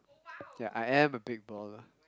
yeah I am a big baller